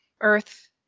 Earth